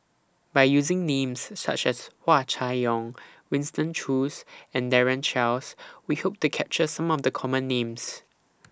By using Names such as Hua Chai Yong Winston Choos and Daren Shiau We Hope to capture Some of The Common Names